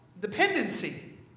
Dependency